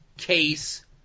case